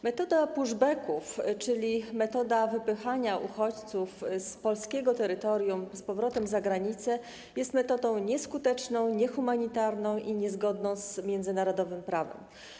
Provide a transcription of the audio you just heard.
Metoda push-back-ów, czyli metoda wypychania uchodźców z polskiego terytorium z powrotem za granicę, jest metodą nieskuteczną, niehumanitarną i niezgodną z międzynarodowym prawem.